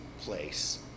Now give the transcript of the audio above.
place